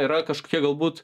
yra kažkokia galbūt